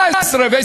ואת כל המוצרים,